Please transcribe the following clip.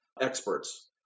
experts